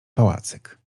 pałacyk